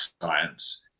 science